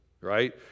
right